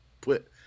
put